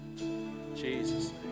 Jesus